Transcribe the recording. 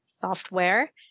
software